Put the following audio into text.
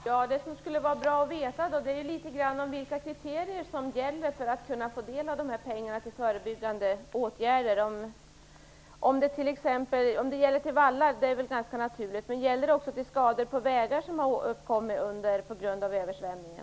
Herr talman! Det skulle vara bra att veta litet grand om vilka kriterier som gäller för att man skall kunna få del av pengarna till förebyggande åtgärder. Att det handlar om vallar är väl ganska naturligt, men gäller det också skador som har uppkommit på vägar på grund av översvämningen?